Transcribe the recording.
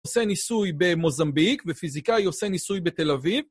עושה ניסוי במוזמביק, ופיזיקאי עושה ניסוי בתל אביב.